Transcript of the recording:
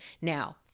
Now